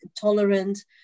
tolerant